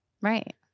Right